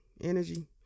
energy